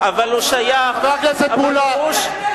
אבל הוא שייך, חבר הכנסת מולה.